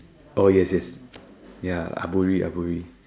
oh yes yes ya aburi aburi